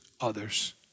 others